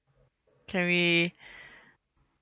can we